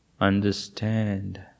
understand